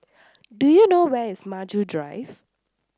do you know where is Maju Drive